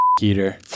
eater